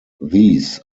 these